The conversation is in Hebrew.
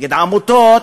נגד עמותות,